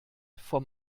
vom